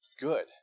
good